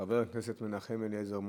חבר הכנסת מנחם אליעזר מוזס,